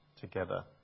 together